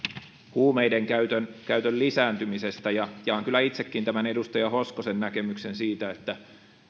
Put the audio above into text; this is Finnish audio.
huumeiden käytön käytön lisääntymisestä ja jaan kyllä itsekin tämän edustaja hoskosen näkemyksen siitä että